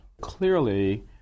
Clearly